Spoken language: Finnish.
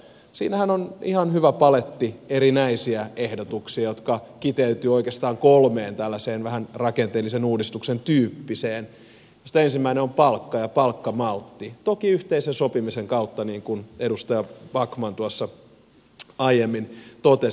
siinähän on ihan hyvä paletti erinäisiä ehdotuksia jotka kiteytyvät oikeastaan kolmeen tällaiseen vähän rakenteellisen uudistuksen tyyppiseen asiaan joista ensimmäinen on palkka ja palkkamaltti toki yhteisen sopimisen kautta niin kuin edustaja backman tuossa aiemmin totesi